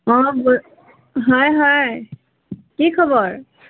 অঁ হ হয় হয় কি খবৰ